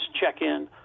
check-in